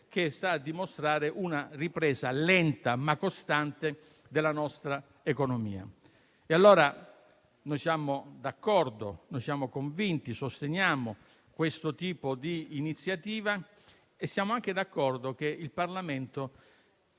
che sta a dimostrare una ripresa lenta, ma costante, della nostra economia. Siamo convinti e sosteniamo questo tipo di iniziativa e siamo anche d'accordo che il Parlamento